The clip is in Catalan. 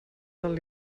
del